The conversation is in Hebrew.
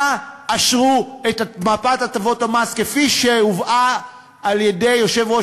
נא אשרו את מפת הטבות המס כפי שהובאה על-ידי יושב-ראש